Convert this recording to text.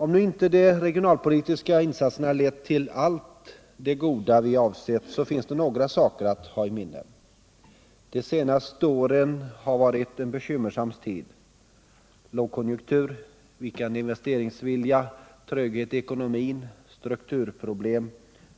Om nu inte de regionalpolitiska insatserna lett till allt det goda vi avser, så finns det några saker att ha i minne. De senaste åren har varit en bekymmersam tid. Lågkonjunktur, vikande investeringsvilja, tröghet i ekonomin, strukturproblem,